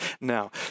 Now